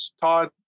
Todd